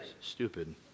stupid